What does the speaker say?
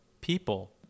people